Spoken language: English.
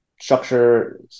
structure